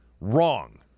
Wrong